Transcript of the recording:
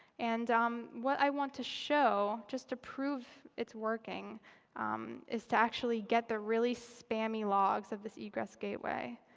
and um what i want to show just to prove it's working is to actually get the really spammy logs of this egress gateway.